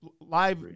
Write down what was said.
live